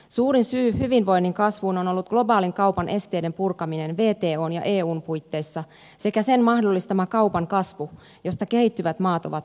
suurin syy hyvinvoinnin kasvuun on ollut globaalin kaupan esteiden purkaminen wton ja eun puitteissa sekä sen mahdollistama kaupan kasvu josta kehittyvät maat ovat hyötyneet